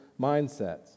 mindsets